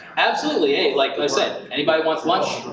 absolutely, hey, like i said, anybody wants lunch?